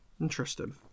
Interesting